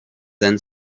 then